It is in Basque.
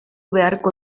beharko